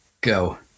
go